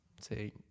say